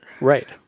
right